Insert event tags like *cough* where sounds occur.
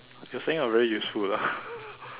you're saying I'm very useful ah *laughs*